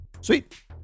sweet